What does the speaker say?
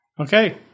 Okay